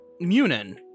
Munin